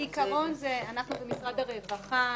בעיקרון אנחנו ומשרד הרווחה